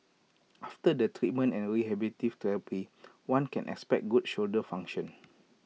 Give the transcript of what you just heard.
after the treatment and rehabilitative therapy one can expect good shoulder function